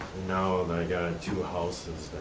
now and i've got two houses,